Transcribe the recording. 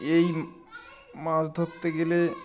এই মাছ ধরতে গেলে